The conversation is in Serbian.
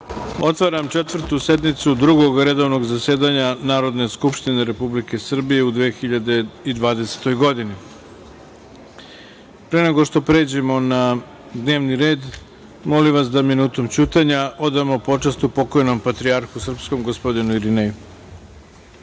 otvaram Četvrtu sednicu Drugog redovnog zasedanja Narodne skupštine Republike Srbije u 2020. godini. Pre nego što pređemo na dnevni red, molim vas da minutom ćutanja odamo počast pokojnom patrijarhu srpskom, gospodinu Irineju. Neka